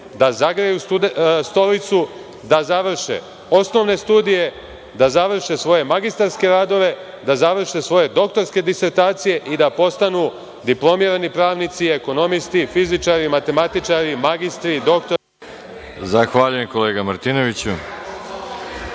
da zagreju stolicu, da završe osnovne studije, da završe svoje magistarske radove, da završe svoje doktorske disertacije i da postanu diplomirani pravnici, ekonomisti, fizičari, matematičari, magistri, doktori. **Veroljub Arsić**